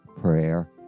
prayer